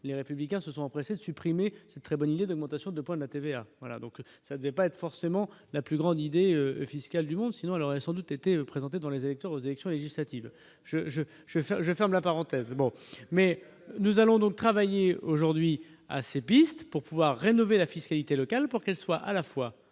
y a républicains se sont empressés de supprimer cette très bonne idée d'augmentation de points de la TVA voilà donc ça devait pas être forcément la plus grande idée fiscale du monde sinon elle aurait sans doute été présenté dans les électeurs aux élections législatives, je, je, je, faire je ferme la parenthèse bon mais nous allons donc travailler aujourd'hui à ses pistes pour pouvoir rénover la fiscalité locale pour qu'elle soit à la fois